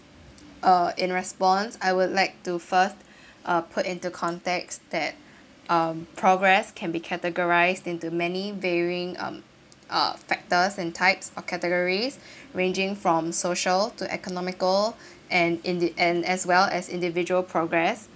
err in response I would like to first uh put into context that um progress can be categorised into many varying um uh factors and types or categories ranging from social to economical and in the and as well as individual progress